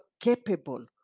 capable